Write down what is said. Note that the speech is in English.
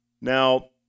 Now